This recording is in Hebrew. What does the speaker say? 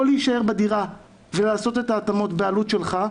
להישאר בדירה ולעשות את ההתאמות בעלות שלך,